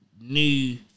new